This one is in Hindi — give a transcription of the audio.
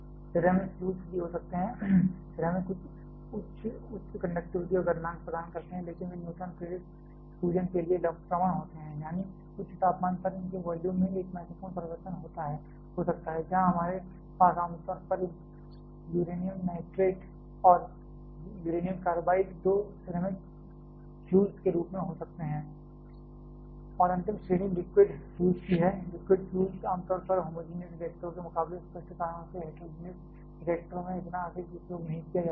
सिरेमिक फ्यूल्स भी हो सकते हैं सिरेमिक कुछ उच्च कंडक्टिविटी और गलनांक प्रदान करता है लेकिन वे न्यूट्रॉन प्रेरित सूजन के लिए प्रवण होते हैं यानी उच्च तापमान पर इसके वॉल्यूम में एक महत्वपूर्ण परिवर्तन हो सकता है वहां हमारे पास आमतौर पर यूरेनियम नाइट्रेट और यूरेनियम कार्बाइड दो सिरेमिक फ्यूल्स के रूप में हो सकते हैं और अंतिम श्रेणी लिक्विड फ्यूल्स की है लिक्विड फ्यूल्स आमतौर पर होमोजेनियस रिएक्टरों के मुकाबले स्पष्ट कारणों से हेट्रोजीनियस रिएक्टरों में इतना अधिक उपयोग नहीं किया जाता है